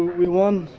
we won,